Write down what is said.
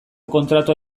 kontratua